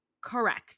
Correct